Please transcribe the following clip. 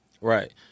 Right